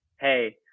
hey